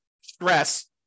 stress